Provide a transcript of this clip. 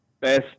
best